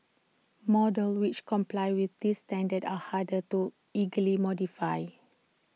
models which comply with this standard are harder to illegally modify